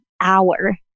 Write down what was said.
hour